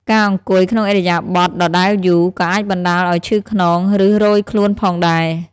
ការអង្គុយក្នុងឥរិយាបថដដែលយូរ ក៏អាចបណ្ដាលឱ្យឈឺខ្នង ឬរោយខ្លួនផងដែរ។